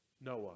Noah